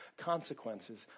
consequences